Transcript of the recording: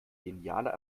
genialer